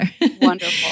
wonderful